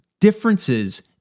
differences